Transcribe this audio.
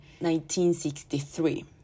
1963